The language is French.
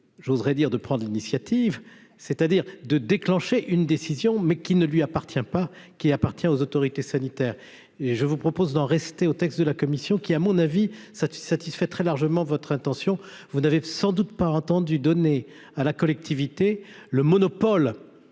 j'oserais dire de prendre l'initiative, c'est-à-dire de déclencher une décision mais qui ne lui appartient pas, qu'il appartient aux autorités sanitaires et je vous propose d'en rester au texte de la commission qui, à mon avis, ça satisfait très largement votre intention, vous n'avez sans doute pas entendu donner à la collectivité, le monopole